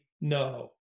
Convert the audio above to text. no